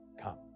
Come